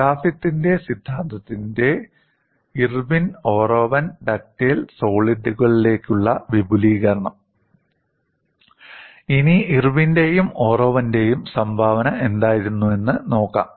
ഗ്രിഫിത്തിന്റെ സിദ്ധാന്തത്തിന്റെ Irwin Orowan ductile സോളിഡുകളിലേക്കുള്ള വിപുലീകരണം ഇനി ഇർവിന്റെയും ഒറോവന്റെയും സംഭാവന എന്തായിരുന്നുവെന്ന് നോക്കാം